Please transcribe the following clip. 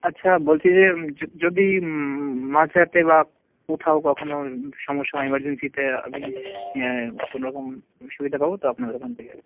আচ্ছা বলছি যে যদি মাঝরাতে বা কোথাও কখনও সমস্যা বা এমার্জেন্সিতে আমি কোনো রকম সুবিধা পাব তো আপনাদের ওখান থেকে